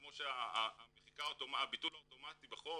כמו שהביטול האוטומטי בחוק